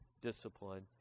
discipline